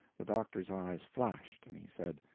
the doctor's eyes flashed, and he said,